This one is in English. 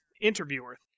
interviewer